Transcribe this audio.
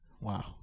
Wow